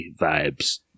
vibes